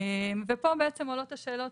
פה בעצם עולות השאלות